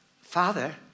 Father